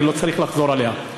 אני לא צריך לחזור עליה.